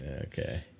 Okay